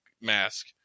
mask